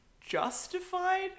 justified